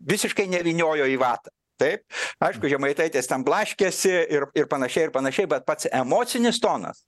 visiškai nevyniojo į vatą taip aišku žemaitaitis ten blaškėsi ir ir panašiai ir panašiai bet pats emocinis tonas